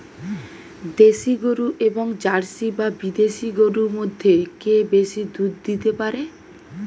দেশী গরু এবং জার্সি বা বিদেশি গরু মধ্যে কে বেশি দুধ দিতে পারে?